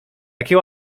jakie